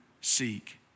seek